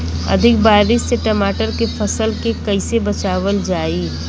अधिक बारिश से टमाटर के फसल के कइसे बचावल जाई?